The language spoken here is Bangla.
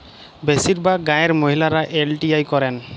বেশিরভাগ গাঁয়ের মহিলারা এল.টি.আই করেন